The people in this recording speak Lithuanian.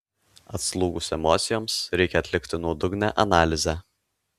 atslūgus emocijoms reikia atlikti nuodugnią analizę